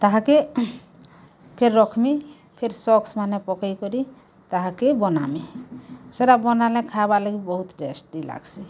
ତାହାକେ ଫିର୍ ରଖ୍ମି ଫେର୍ ସକ୍ସମାନେ ପକେଇକରି ତାହାକେ ବନାମି ସେରା ବନାଲେ ଖାଇବାର୍ ଲାଗି ବହୁତ ଟେଷ୍ଟି ଲାଗ୍ସି